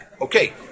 Okay